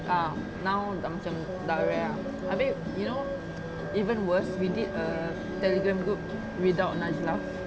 ah now dah macam dah rare ah abeh you know even worse we did a telegram group without najlah